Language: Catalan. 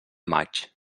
maig